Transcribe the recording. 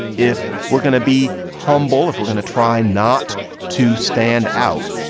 if we're gonna be humble, if we're gonna try not to stand out,